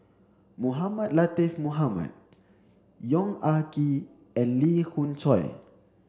Mohamed Latiff Mohamed Yong Ah Kee and Lee Khoon Choy